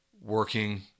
working